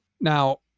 Now